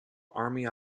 army